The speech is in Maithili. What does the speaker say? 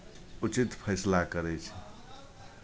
उचित फैसला करै छै